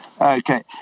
Okay